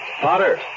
Potter